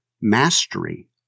mastery